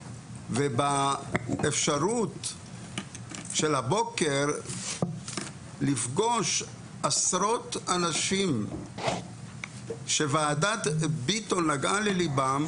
ובאפשרות של הבוקר לפגוש עשרות אנשים שוועדת ביטון נגעה לליבם.